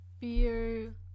beer